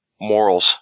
morals